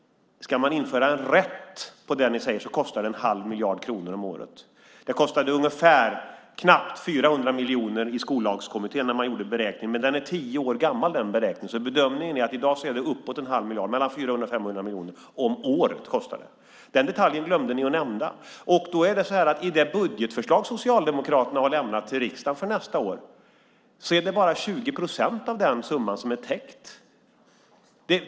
Ska man införa en rätt på det ni säger kostar det en halv miljard kronor om året. Det kostade knappt 400 miljoner när Skollagskommittén gjorde beräkningen, men den beräkningen är tio år gammal. Bedömningen är att det i dag kostar uppåt en halv miljard, mellan 400 och 500 miljoner - om året. Den detaljen glömde ni att nämna. I det budgetförslag som Socialdemokraterna har lämnat till riksdagen för nästa år är det bara 20 procent av den summan som är täckt.